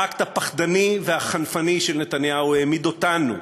האקט הפחדני והחנפני של נתניהו העמיד אותנו,